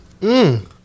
Mmm